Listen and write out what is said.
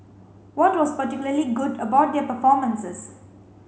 what was particularly good about their performances